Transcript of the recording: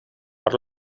per